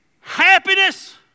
Happiness